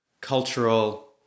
cultural